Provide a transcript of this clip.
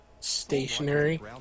stationary